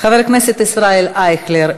חבר הכנסת ישראל אייכלר,